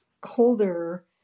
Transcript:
colder